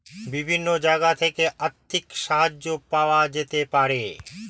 বিভিন্ন জায়গা থেকে আর্থিক সাহায্য পাওয়া যেতে পারে